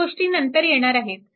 त्या गोष्टी नंतर येणार आहेत